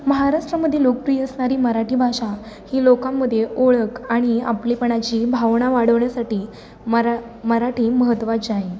महाराष्ट्रामध्ये लोकप्रिय असणारी मराठी भाषा ही लोकांमध्ये ओळख आणि आपलेपणाची भावना वाढवण्यासाठी मरा मराठी महत्त्वाची आहे